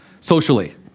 socially